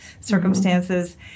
circumstances